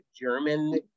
German